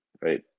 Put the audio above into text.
Right